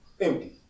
Empty